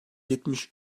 yetmiş